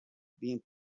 being